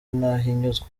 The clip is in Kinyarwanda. ntahinyuzwa